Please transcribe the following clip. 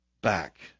back